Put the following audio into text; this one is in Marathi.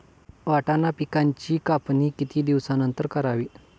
वाटाणा पिकांची कापणी किती दिवसानंतर करावी?